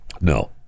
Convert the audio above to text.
no